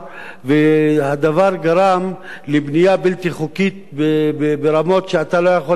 והדבר גרם לבנייה בלתי חוקית ברמות שאתה לא יכול לתאר.